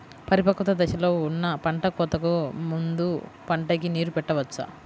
పరిపక్వత దశలో ఉన్న పంట కోతకు ముందు పంటకు నీరు పెట్టవచ్చా?